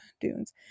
dunes